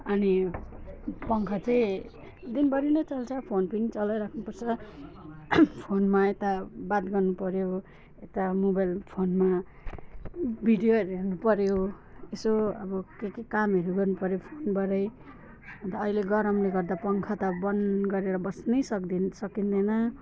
अनि पङ्खा चाहिँ दिनभरि नै चल्छ फ्यान पनि चलाइराख्नुपर्छ फोनमा यता बात गर्नुपऱ्यो यता मोबाइल फोनमा भिडियोहरू हेर्नुपऱ्यो यसो अब के के कामहरू गर्नुपऱ्यो फोनबाटै अन्त अहिले गरमले गर्दा पङ्खा त अब बन्द गरेर बस्नै सक्देन सकिँदैन